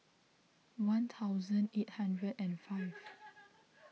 one thousand eight hundred and five